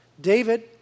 David